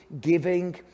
giving